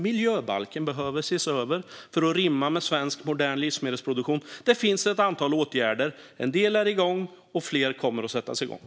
Miljöbalken behöver ses över för att rimma med svensk, modern livsmedelsproduktion. Det finns ett antal åtgärder. En del är igång, och fler kommer att sättas igång.